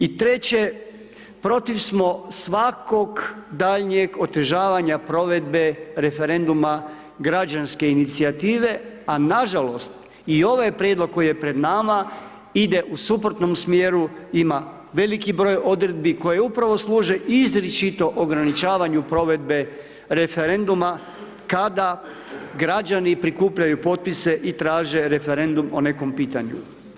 I treće, protiv smo svakog daljnjeg otežavanja provedbe referenduma, građanske inicijative a nažalost i ovaj prijedlog koji je pred nama, ide u suprotnom smjeru, ima veliki broj odredbi koje upravo služe izričito ograničavanju provedbe referenduma kada građani prikupljaju potpise i traže referendum o nekom pitanju.